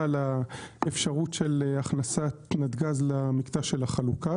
לאפשרות של הכנסת נתג"ז למקטע של החלוקה,